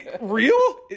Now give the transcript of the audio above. real